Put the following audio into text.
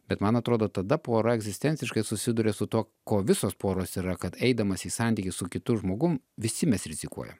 bet man atrodo tada pora egzistenciškai susiduria su tuo ko visos poros yra kad eidamas į santykį su kitu žmogum visi mes rizikuojam